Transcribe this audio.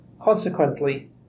Consequently